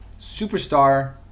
superstar